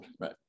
Right